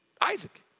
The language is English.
Isaac